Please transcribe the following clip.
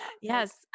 yes